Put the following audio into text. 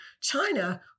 China